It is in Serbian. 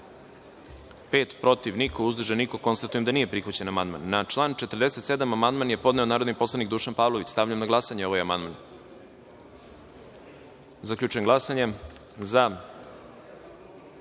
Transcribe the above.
pet, protiv – niko, uzdržan – niko. Konstatujem da nije prihvaćen amandman. Na član 47. amandman je podneo narodni poslanik Dušan Pavlović. Stavljam na glasanje ovaj amandman. Zaključujem glasanje: za